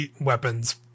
weapons